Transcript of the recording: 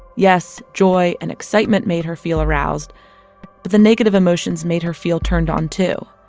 yes, joy and excitement made her feel aroused. but the negative emotions made her feel turned on too.